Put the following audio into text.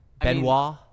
Benoit